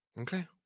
Okay